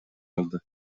алды